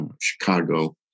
Chicago